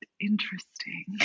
interesting